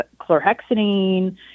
chlorhexidine